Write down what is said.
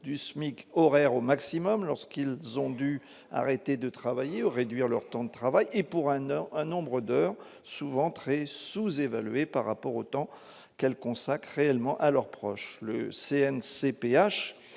du SMIC horaire au maximum lorsqu'ils ont dû arrêter de travailler, réduire leur temps de travail et pour honneur un nombre d'heures souvent très sous-évalué par rapport au temps qu'elle consacre également à leurs proches, le CNC